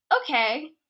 okay